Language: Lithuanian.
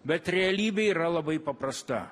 bet realybė yra labai paprasta